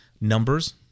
Numbers